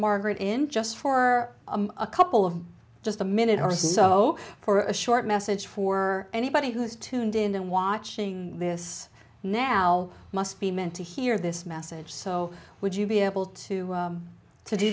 margaret in just for a couple of just a minute or so for a short message for anybody who's tuned in and watching this now must be meant to hear this message so would you be able to to do